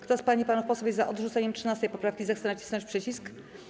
Kto z pań i panów posłów jest za odrzuceniem 13. poprawki, zechce nacisnąć przycisk.